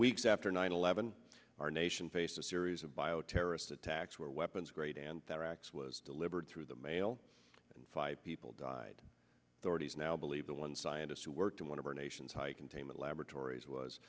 weeks after nine eleven our nation faces a series of bio terrorist attacks where weapons grade anthrax was delivered through the mail and five people died thirty's now believe the one scientist who worked in one of our nation's high containment laboratories was